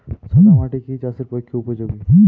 সাদা মাটি কি চাষের পক্ষে উপযোগী?